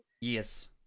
Yes